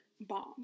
bombs